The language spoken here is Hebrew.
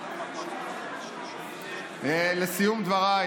לסיום דבריי,